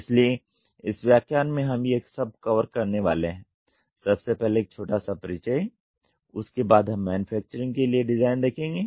इसलिए इस व्याख्यान में हम ये सब कवर करने वाले हैं सबसे पहले एक छोटा सा परिचय उसके बाद हम मैन्युफैक्चरिंग के लिए डिजाइन देखेंगे